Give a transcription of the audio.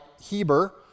Heber